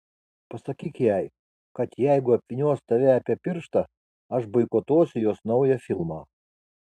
pasakyk jai kad jeigu apvynios tave apie pirštą aš boikotuosiu jos naują filmą